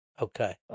Okay